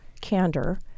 candor